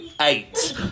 Eight